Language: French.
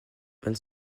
vingt